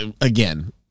Again